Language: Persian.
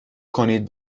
کنید